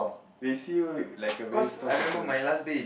they see you like a very strong person